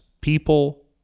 people